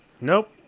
Nope